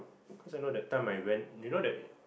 cause I know that time I went you know that